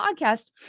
podcast